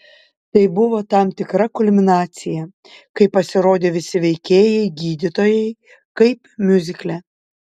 tai buvo tam tikra kulminacija kai pasirodė visi veikėjai gydytojai kaip miuzikle